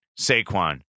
Saquon